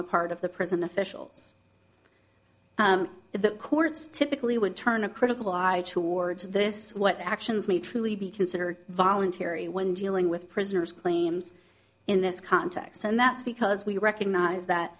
the part of the prison officials the courts typically would turn a critical eye towards this what actions may truly be considered voluntary when dealing with prisoners claims in this context and that's because we recognize that